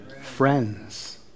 Friends